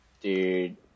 dude